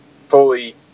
fully